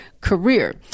career